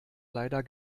leider